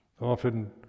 Often